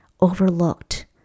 overlooked